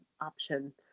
option